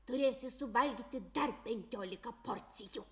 turėsi suvalgyti dar penkiolika porcijų